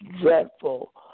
dreadful